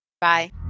bye